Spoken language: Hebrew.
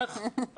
נכון.